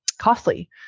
costly